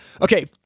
Okay